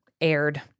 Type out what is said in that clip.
aired